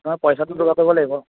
অঁ পইচাটো যোগাৰ কৰিব লাগিব